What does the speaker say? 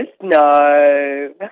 No